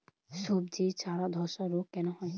সবজির চারা ধ্বসা রোগ কেন হয়?